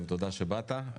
תודה שבאת.